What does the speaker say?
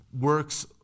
works